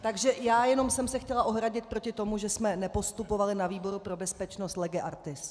Takže já jsem se jenom chtěla ohradit proti tomu, že jsme nepostupovali na výboru pro bezpečnost lege artis.